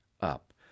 up